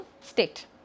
state